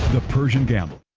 the persian gamble.